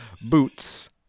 Boots